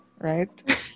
right